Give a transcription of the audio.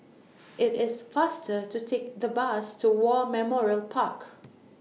IT IS faster to Take The Bus to War Memorial Park